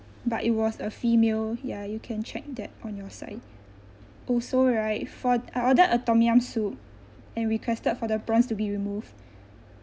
but it was a female ya you can check that on your side also right for I ordered a tom yam soup and requested for the prawns to be removed